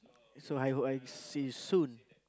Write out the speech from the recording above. so I hope I see you soon